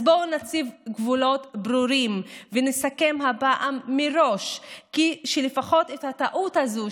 אז בואו נציב גבולות ברורים ונסכם הפעם מראש שלפחות הטעות הזאת,